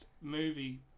movie